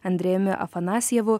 andrejumi afanasjevu